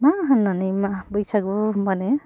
मा होन्नानै मा बैसागु होनबानो